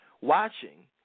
Watching